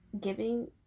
giving